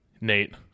Nate